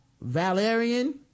Valerian